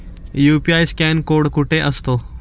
UPI scan code कुठे असतो?